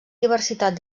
diversitat